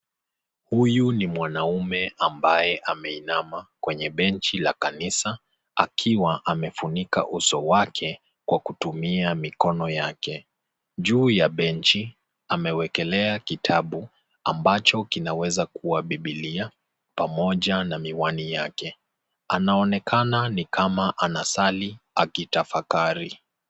Huyu ni mwanaume ambaye ameinama kwenye benchi ya kanisa akiwa amefunika uso wake kwa kutumia mikono yake. Juu ya benchi amewekelea kitabu ambacho kinaweza kuwa bibilia pamoja na miwani yake. Anaonekana ni kama anasali akitafakari.